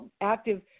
active